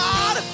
God